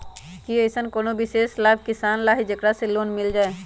कि अईसन कोनो विशेष लाभ किसान ला हई जेकरा ला लोन लेल जाए?